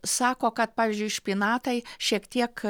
sako kad pavyzdžiui špinatai šiek tiek